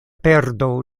perdo